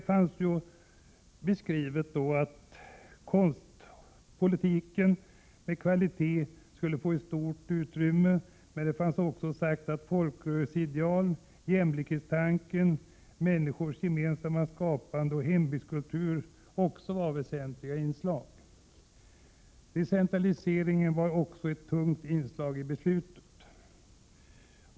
Konstpolitik och kvalitet skulle få ett stort utrymme, men där sades också att folkrörelseidealet, jämlikhetstanken, människors gemensamma skapande och hembygdskultur var väsentliga inslag. Decentralisering var likaså ett tungt inslag i beslutet.